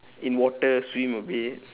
in water swim a bit